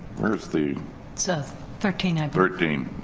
where's the so thirteen. and thirteen,